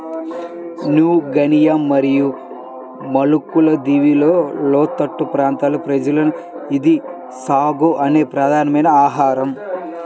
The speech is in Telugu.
న్యూ గినియా మరియు మలుకు దీవులలోని లోతట్టు ప్రాంతాల ప్రజలకు ఇది సాగో అనేది ప్రధానమైన ఆహారం